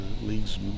league's